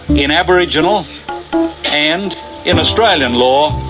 in aboriginal and in australian law,